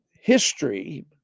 history